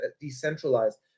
decentralized